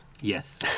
Yes